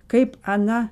kaip ana